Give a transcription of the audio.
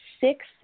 six